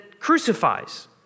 crucifies